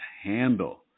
handle